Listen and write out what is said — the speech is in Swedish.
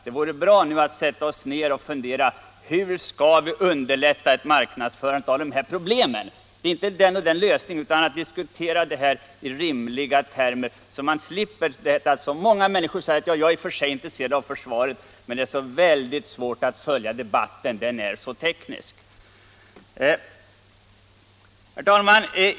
Det vore bra om vi satte oss ned och funderade över hur vi skall underlätta en presentation av dessa problem. Det gäller inte den och den lösningen, utan det gäller att diskutera problemen i rimliga termer. Många människor säger att de är intresserade av försvaret men har väldigt svårt att följa debatten, eftersom den är så teknisk.